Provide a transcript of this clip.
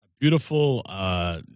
beautiful